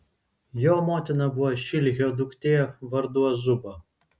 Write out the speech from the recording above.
jo motina buvo šilhio duktė vardu azuba